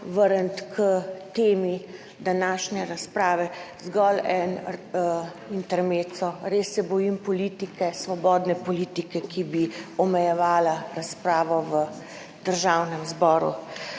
vrniti k temi današnje razprave, ampak zgolj en intermezzo. Res se bojim politike, svobodne politike, ki bi omejevala razpravo v Državnem zboru,